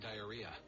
diarrhea